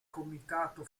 comitato